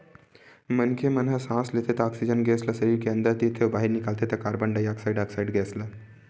मनखे मन ह सांस लेथे त ऑक्सीजन गेस ल सरीर के अंदर तीरथे अउ बाहिर निकालथे त कारबन डाईऑक्साइड ऑक्साइड गेस ल